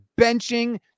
benching